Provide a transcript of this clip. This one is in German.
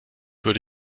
würde